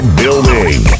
building